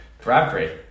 Bradbury